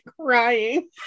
crying